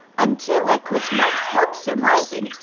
until i could not help surmising,